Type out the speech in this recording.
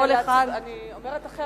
אני לא אומרת להצביע, אני אומרת אחרת.